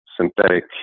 synthetic